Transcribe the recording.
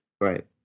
right